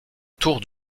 tour